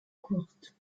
courte